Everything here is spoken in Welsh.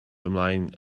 ymlaen